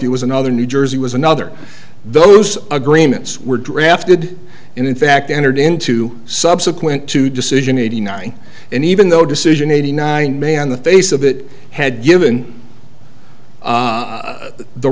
it was another new jersey was another those agreements were drafted and in fact entered into subsequent to decision eighty nine and even though decision eighty nine may on the face of it had given